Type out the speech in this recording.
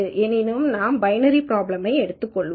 எனினும் நாம் binary problem ஐ எடுத்துக்கொள்வோம்